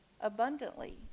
abundantly